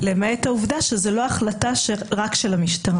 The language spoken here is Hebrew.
למעט העובדה שזה לא החלטה רק של המשטרה.